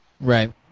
Right